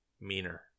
meaner